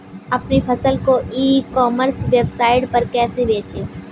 अपनी फसल को ई कॉमर्स वेबसाइट पर कैसे बेचें?